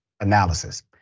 analysis